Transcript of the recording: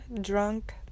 Drunk